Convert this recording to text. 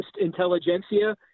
intelligentsia